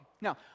Now